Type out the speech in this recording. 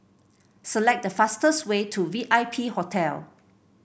select the fastest way to V I P Hotel